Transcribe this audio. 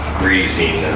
greasing